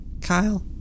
Kyle